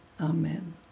Amen